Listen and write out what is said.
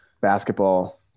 basketball